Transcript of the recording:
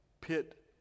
pit